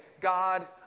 God